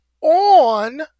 on